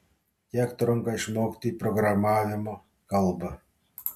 kiek trunka išmokti programavimo kalbą